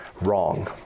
wrong